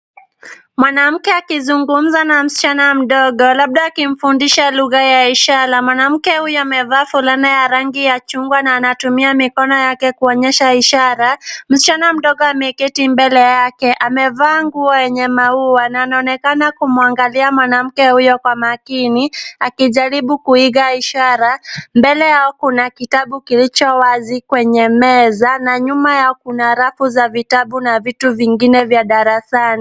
Mwanamke akizungumza na msichana mdogo, labda akimfundisha lugha ya ishara. Mwanamke huyu amevaa fulana ya rangi ya chungwa na anatumia mikono yake kuonyesha ishara. Msichana mdogo ameketi mbele yake. Amevaa nguo ya maua na anaonekana kumwangalia mwanamke huyo kwa makini akijaribu kuiga ishara. Mbele yao kuna kitabu kilicho wazi kwenye meza na nyuma yao kuna rafu za vitabu na vitu vingine vya darasani.